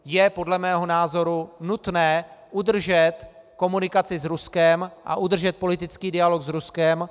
Je podle mého názoru nutné udržet komunikaci s Ruskem a udržet politický dialog s Ruskem.